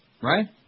Right